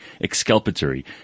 exculpatory